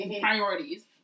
priorities